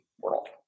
world